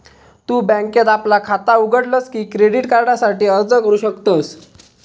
तु बँकेत आपला खाता उघडलस की क्रेडिट कार्डासाठी अर्ज करू शकतस